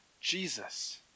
Jesus